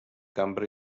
cambra